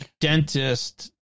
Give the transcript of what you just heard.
Dentist